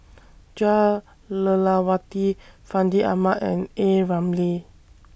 Jah Lelawati Fandi Ahmad and A Ramli